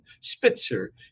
Spitzer